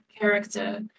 character